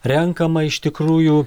renkamą iš tikrųjų